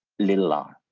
little r.